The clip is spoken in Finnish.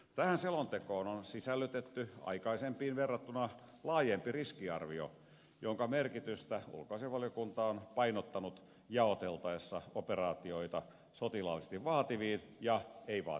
tähän selontekoon on sisällytetty aikaisempiin verrattuna laajempi riskiarvio jonka merkitystä ulkoasiainvaliokunta on painottanut jaoteltaessa operaatioita sotilaallisesti vaativiin ja ei vaativiin tehtäviin